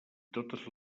totes